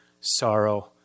sorrow